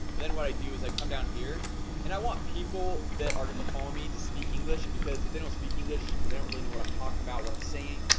but then what i do is i come down here and i want people that are gonna be follow me to speak english because they don't speak english they don't really know what i'm talking about what i'm saying,